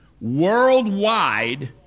worldwide